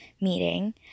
meeting